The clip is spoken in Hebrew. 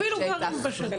אפילו חקלאים.